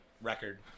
record